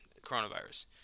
coronavirus